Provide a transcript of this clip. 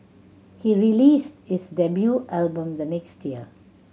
he released his debut album the next year